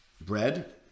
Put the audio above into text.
bread